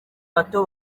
bato